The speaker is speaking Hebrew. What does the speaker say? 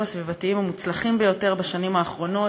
הסביבתיים המוצלחים ביותר בשנים האחרונות,